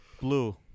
blue